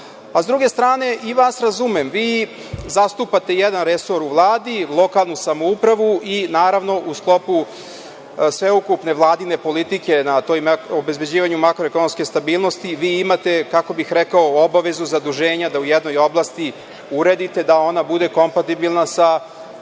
S druge strane, ja i vas razumem, vi zastupate jedan resor u Vladi, lokalnu samoupravu i, naravno, u sklopu sveukupne Vladine politike na obezbeđivanju makroekonomske stabilnosti vi imate, kako bih rekao, obavezu, zaduženja da u jednoj oblasti uredite da ona bude kompatibilna sa